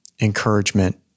encouragement